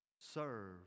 Serve